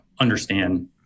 understand